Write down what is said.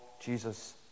Jesus